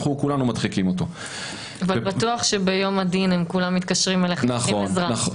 אבל בטוח שביום הדין כולם מתקשרים אליך ומבקשים עזרה.